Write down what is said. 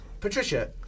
Patricia